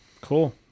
cool